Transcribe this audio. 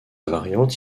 variante